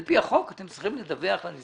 ולומר להם שעל פי החוק הם צריכים לדווח לנציבות